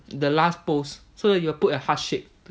the last post so that you will put a heart shape